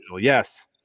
Yes